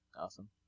Awesome